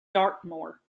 dartmoor